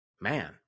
man